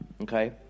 okay